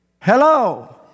Hello